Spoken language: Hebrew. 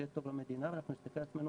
זה יהיה טוב למדינה ואנחנו נסתכל על עצמנו